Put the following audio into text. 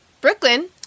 Brooklyn